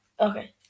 Okay